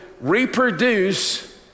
reproduce